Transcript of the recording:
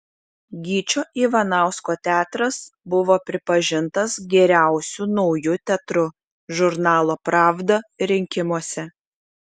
gyčio ivanausko teatras buvo pripažintas geriausiu nauju teatru žurnalo pravda rinkimuose